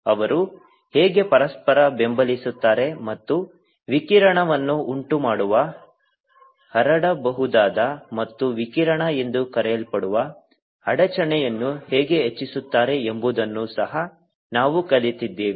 ಅವರು ಹೇಗೆ ಪರಸ್ಪರ ಬೆಂಬಲಿಸುತ್ತಾರೆ ಮತ್ತು ವಿಕಿರಣವನ್ನು ಉಂಟುಮಾಡುವ ಹರಡಬಹುದಾದ ಮತ್ತು ವಿಕಿರಣ ಎಂದು ಕರೆಯಲ್ಪಡುವ ಅಡಚಣೆಯನ್ನು ಹೇಗೆ ಹೆಚ್ಚಿಸುತ್ತಾರೆ ಎಂಬುದನ್ನು ಸಹ ನಾವು ಕಲಿತಿದ್ದೇವೆ